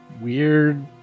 weird